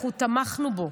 אנחנו תמכנו בו,